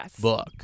book